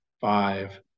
Five